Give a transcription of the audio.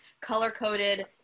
color-coded